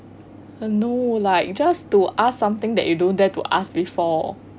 no like just to ask something that you don't dare to ask before